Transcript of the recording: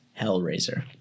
Hellraiser